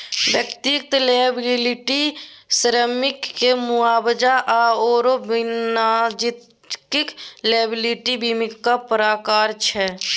व्यक्तिगत लॉयबिलटी श्रमिककेँ मुआवजा आओर वाणिज्यिक लॉयबिलटी बीमाक प्रकार छै